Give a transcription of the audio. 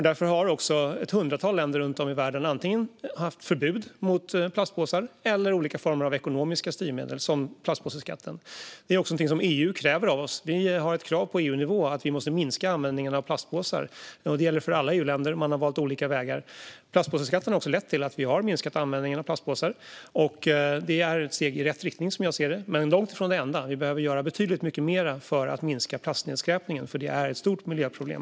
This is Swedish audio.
Därför har ett hundratal länder runt om i världen antingen haft förbud mot plastpåsar eller haft olika former av ekonomiska styrmedel, som plastpåseskatten. Det är också någonting som EU kräver av oss. Vi har ett krav på EU-nivå att vi måste minska användningen av plastpåsar. Det gäller för alla EU-länder. Man har valt olika vägar. Platspåseskatten har också lett till att vi har minskat användningen av plastpåsar. Det är ett steg i rätt riktning, som jag ser det. Men det är långt ifrån det enda som behövs. Vi behöver göra betydligt mer för att minska plastnedskräpningen, för den är ett stort miljöproblem.